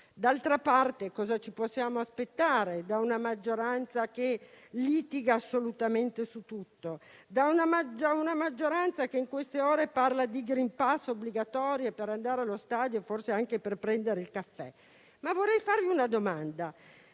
D'altra parte, cosa ci possiamo aspettare da una maggioranza che litiga assolutamente su tutto, da una maggioranza che in queste ore parla di *green pass* obbligatorio per andare allo stadio e forse anche per prendere il caffè? Vorrei però sapere